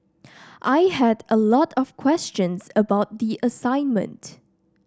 I had a lot of questions about the assignment